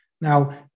Now